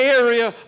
area